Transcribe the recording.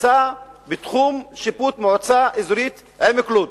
נמצא בתחום שיפוט מועצה אזורית עמק-לוד.